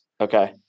okay